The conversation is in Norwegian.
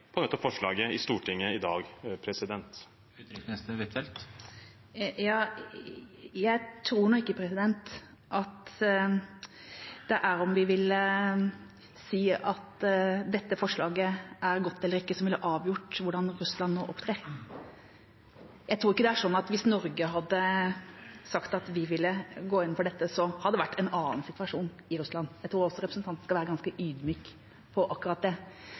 på dette forslaget i Stortinget i dag. Jeg tror ikke at det er om vi ville si at dette forslaget er godt eller ikke, som ville avgjort hvordan Russland nå opptrer. Jeg tror ikke det er sånn at hvis Norge hadde sagt at vi ville gå inn for dette, så hadde det vært en annen situasjon i Russland. Jeg tror også representanten skal være ganske ydmyk på akkurat det.